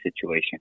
situation